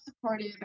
supportive